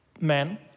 men